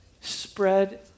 Spread